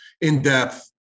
in-depth